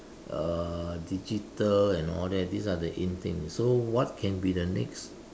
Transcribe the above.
uh digital and all that these are the in things so what can be the next